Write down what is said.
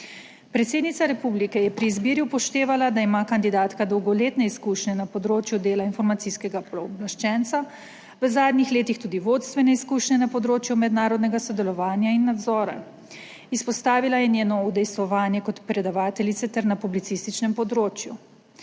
Predsednica republike je pri izbiri upoštevala, da ima kandidatka dolgoletne izkušnje na področju dela Informacijskega pooblaščenca, v zadnjih letih tudi vodstvene izkušnje na področju mednarodnega sodelovanja in nadzora. Izpostavila je njeno udejstvovanje kot predavateljice ter na publicističnem področju.